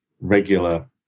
regular